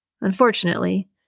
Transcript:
Unfortunately